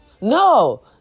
No